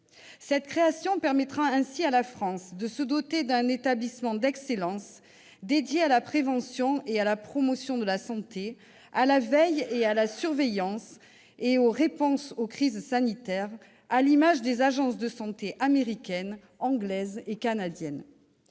Cette fusion permettra à la France de se doter d'un établissement d'excellence dédié à la prévention et à la promotion de la santé, à la veille sanitaire, à la surveillance et à la réponse aux crises sanitaires, à l'image des agences de santé américaine, anglaise et canadienne.